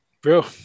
Bro